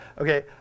Okay